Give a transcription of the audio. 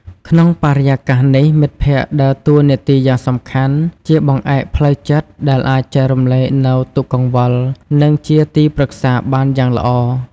ក្នុងបរិយាកាសនេះ មិត្តភក្តិដើរតួនាទីយ៉ាងសំខាន់ជាបង្អែកផ្លូវចិត្តដែលអាចចែករំលែកនូវទុកកង្វល នឹងជាទីព្រឹក្សាបានយ៉ាងល្អ ។